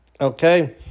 Okay